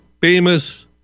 famous